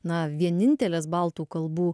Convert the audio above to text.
na vienintelės baltų kalbų